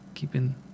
Keeping